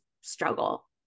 struggle